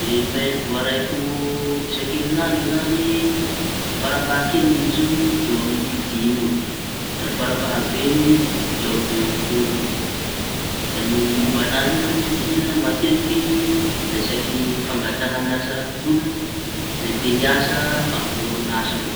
Ny maily voaraiko isankeriñandro zañy farafahakeliñy izy io eo amy dimy eo da ny farafahabeañy eo amiñy dimy amby folo eo. Da ny momba añazy io izy izañy matetiky momba ny fangataha n'asan'olo te hiasa amiñy oriñasako ao.